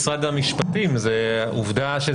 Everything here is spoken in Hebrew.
לאפשר לממשלה להגיב